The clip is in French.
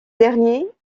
dernier